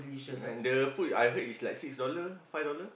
and the food I heard is like six dollars five dollars